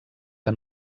que